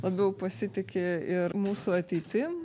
labiau pasitiki ir mūsų ateitim